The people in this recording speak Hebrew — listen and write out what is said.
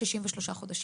63 חודשים.